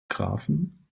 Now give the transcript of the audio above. graphen